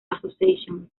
association